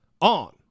on